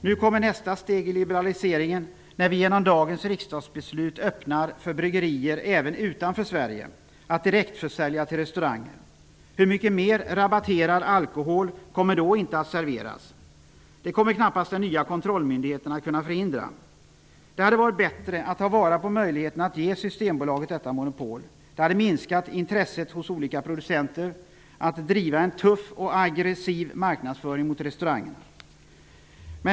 Nu kommer nästa steg i liberaliseringen när vi genom dagens riksdagsbeslut öppnar för bryggerier även utanför Sverige att direktförsälja till restauranger. Hur mycket mer rabatterad alkohol kommer då inte att serveras? Det kommer knappast den nya kontrollmyndigheten att kunna förhindra. Det hade varit bättre att ta vara på möjligheten att ge Systembolaget detta monopol. Det hade minskat intresset hos olika producenter att driva en tuff och aggressiv marknadsföring mot restaurangerna.